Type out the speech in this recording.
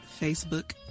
Facebook